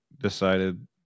decided